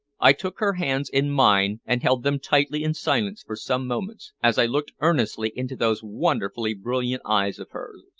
i took her hands in mine and held them tightly in silence for some moments, as i looked earnestly into those wonderfully brilliant eyes of hers.